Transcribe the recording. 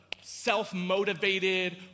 self-motivated